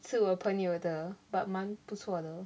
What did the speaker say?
是我朋友的 but 蛮不错的